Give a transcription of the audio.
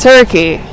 Turkey